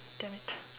damn it